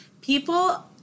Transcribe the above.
People